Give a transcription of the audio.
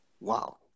Wow